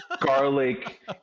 Garlic